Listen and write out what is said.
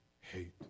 hate